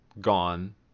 gone